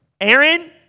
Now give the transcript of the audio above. Aaron